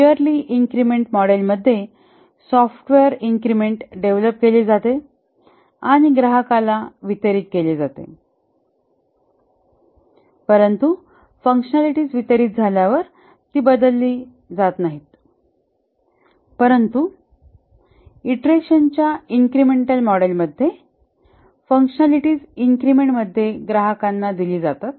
poorly incremental मॉडेलमध्ये software increment develop केले जाते आणि ग्राहकाला वितरित केले जाते परंतु फँकशनलिटीज वितरित झाल्यावर ती बदलली जात नाहीत परंतु इटरेशनच्या इन्क्रिमेंटल मॉडेलमध्ये फँकशनलिटीज इन्क्रिमेंट मध्ये ग्राहकांना दिली जातात